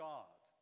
God